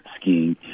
skiing